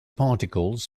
particles